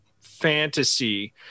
fantasy